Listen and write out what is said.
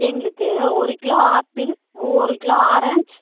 எங்களுக்கு ஒரு kilo apple ஒரு கிலோ ஆரஞ்சு